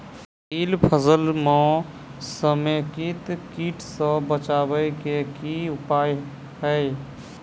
तिल फसल म समेकित कीट सँ बचाबै केँ की उपाय हय?